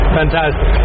fantastic